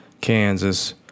Kansas